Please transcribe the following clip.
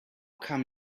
come